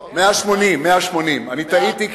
180. 180. טעיתי,